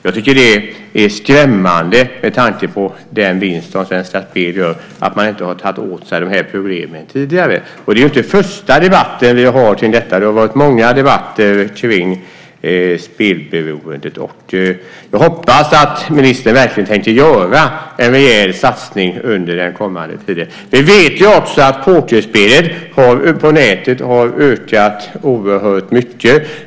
Jag tycker att det är skrämmande, med tanke på den vinst som Svenska Spel gör, att man inte har tagit till sig de här problemen tidigare. Detta är ju inte den första debatt som vi har kring detta. Det har varit många debatter kring spelberoendet. Och jag hoppas att ministern verkligen tänker göra en rejäl satsning under den kommande tiden. Vi vet också att pokerspelet på nätet har ökat oerhört mycket.